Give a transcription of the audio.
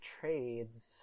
trades